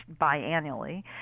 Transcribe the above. biannually